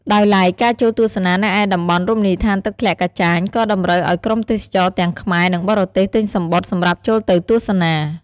ដោយឡែកការចូលទស្សនានៅឯតំបន់រមណីយដ្ឋានទឹកធ្លាក់កាចាញក៏តម្រូវឲ្យក្រុមទេសចរទាំងខ្មែរ និងបរទេសទិញសំបុត្រសម្រាប់ចូលទៅទស្សនា។